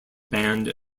band